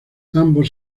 ambos